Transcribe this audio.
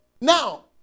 Now